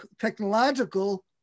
technological